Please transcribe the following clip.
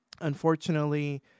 unfortunately